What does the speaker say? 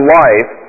life